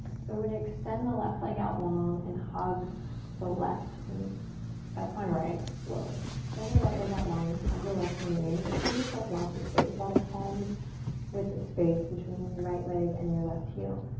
so we're gonna extend the left leg out long, and hug the left knee that's my right, whoa. extend the right leg out long and hug the left knee in but give yourself lots of space, about a palm's width of space between your right leg and your left heel.